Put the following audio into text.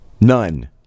none